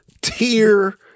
tier